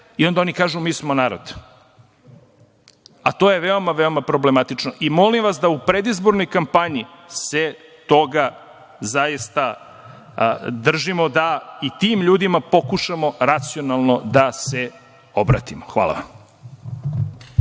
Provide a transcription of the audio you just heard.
i onda kažu – mi smo narod. To je veoma problematično. Molim vas da u predizbornoj kapmanji se toga zaista držimo da i tim ljudima pokušamo racionalno da se obratimo. Hvala.